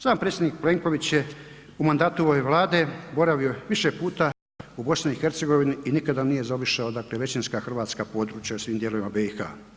Sam predsjednik Plenković je u mandatu ove Vlade boravio više puta u BiH i nikada nije zaobišao dakle većinska hrvatska područja u svim dijelovima BiH.